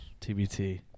TBT